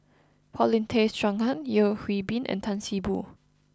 Paulin Tay Straughan Yeo Hwee Bin and Tan See Boo